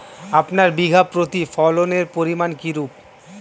আপনার বিঘা প্রতি ফলনের পরিমান কীরূপ?